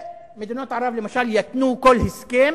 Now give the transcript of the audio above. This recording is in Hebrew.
שמדינות ערב, למשל, יתנו כל הסכם,